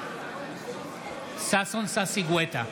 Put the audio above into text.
נוכח ששון ששי גואטה,